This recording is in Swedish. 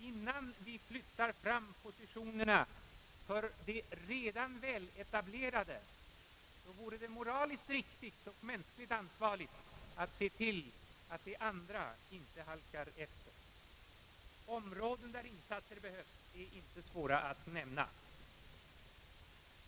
Innan vi flyttar fram positionerna för de redan väletablerade, vore det moraliskt riktigt och mänskligt ansvarigt att se till att de andra inte halkar efter. Områden, där insatser behövs, är det inte svårt att nämna.